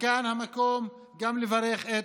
וכאן המקום גם לברך על